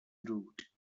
route